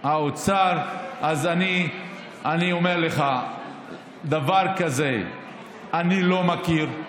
מהאוצר, אז אני אומר לך שדבר כזה אני לא מכיר,